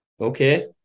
Okay